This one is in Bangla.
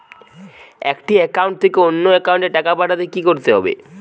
একটি একাউন্ট থেকে অন্য একাউন্টে টাকা পাঠাতে কি করতে হবে?